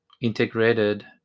integrated